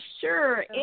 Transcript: sure